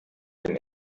den